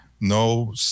No